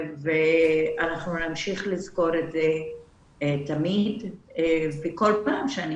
אנחנו נמשיך לזכור את זה תמיד ובכל פעם שאני